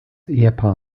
ehepaar